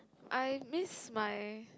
I miss my